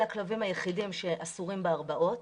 אלה הכלבים היחידים שאסורים בהרבעות.